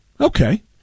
Okay